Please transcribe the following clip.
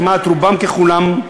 כמעט רובם ככולם,